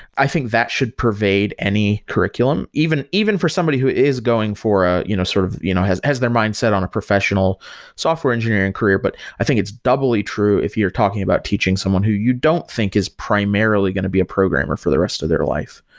i think that should pervade any curriculum even even for somebody who is going for ah you know sort of you know has has their mindset on a professional software engineering career, but i think it's doubly true if you're talking about teaching someone who you don't think is primarily going to be a programmer for the rest of their life.